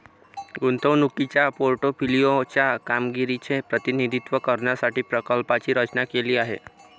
गुंतवणुकीच्या पोर्टफोलिओ च्या कामगिरीचे प्रतिनिधित्व करण्यासाठी प्रकल्पाची रचना केली आहे